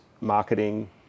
marketing